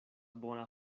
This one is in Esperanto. bona